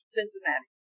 Cincinnati